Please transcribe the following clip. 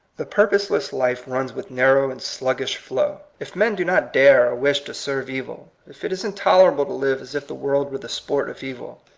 the purposeless life runs with narrow and sluggish flow. if men do not dare or wish to serve evil, if it is intolerable to live as if the world were the sport of evil,